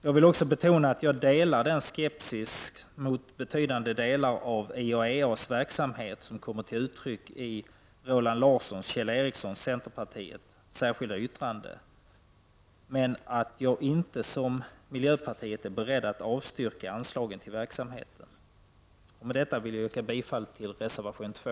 Jag vill också betona att jag delar den skepsis mot betydande delar av IAEA:s verksamhet som kommer till uttryck i ett särskilt yttrande från Roland Larsson och Kjell Ericsson, centerpartiet. Jag är dock inte beredd att som miljöpartiet avstyrka anslaget till verksamheten. Med det anförda vill jag yrka bifall till reservation nr 2.